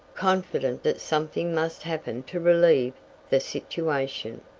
confident that something must happen to relieve the situation.